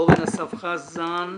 אורן אסף חזן,